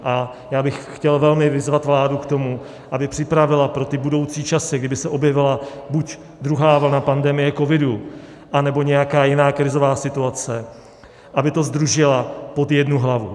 A já bych chtěl velmi vyzvat vládu k tomu, aby připravila pro ty budoucí časy, kdyby se objevila buď druhá vlna pandemie covidu nebo nějaká jiné krizová situace, aby to sdružila pod jednu hlavu.